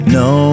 no